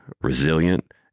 resilient